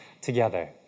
together